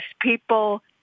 people